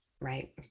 Right